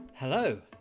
Hello